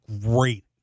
great